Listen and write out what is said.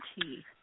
tea